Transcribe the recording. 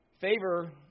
Favor